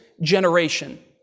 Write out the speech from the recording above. generation